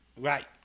Right